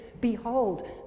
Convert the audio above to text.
Behold